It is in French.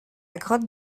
grotte